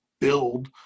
build